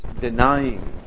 denying